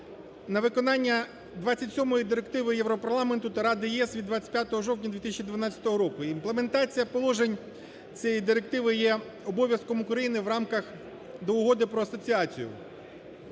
на виконання 27 директиви Європарламенту та Ради ЄС від 25 жовтня 2012 року. Імплементація положень цієї директиви є обов'язком України в рамках… до Угоди про асоціацію.